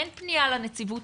אין פנייה לנציבות,